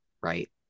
Right